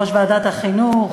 יושב-ראש ועדת החינוך,